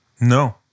No